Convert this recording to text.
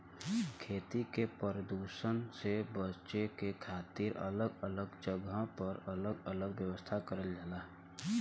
खेती के परदुसन से बचे के खातिर अलग अलग जगह पर अलग अलग व्यवस्था करल जाला